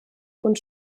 und